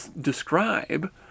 describe